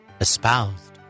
espoused